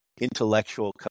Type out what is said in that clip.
intellectual